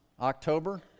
October